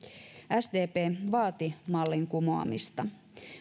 sdp vaati mallin kumoamista